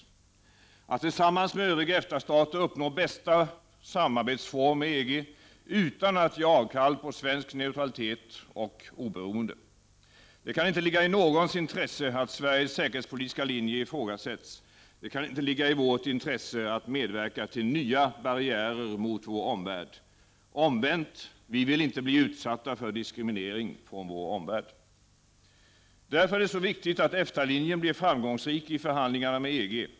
Sverige måste tillsammans med övriga EFTA-stater uppnå bästa samarbetsform med EG utan att ge avkall på svensk neutralitet och oberoende. Det kan inte ligga i någons intresse att Sveriges säkerhetspolitiska linje ifrågasätts. Det kan inte ligga i Sveriges intresse att medverka till nya barriärer mot Sveriges omvärld. Omvänt, vi i Sverige vill inte bli utsatta för diskriminering från vår omvärld. Därför är det så viktigt att EFTA-linjen blir framgångsrik i förhandlingarna med EG.